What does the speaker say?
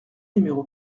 numéro